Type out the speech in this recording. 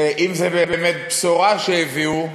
אם זו באמת בשורה שהביאו,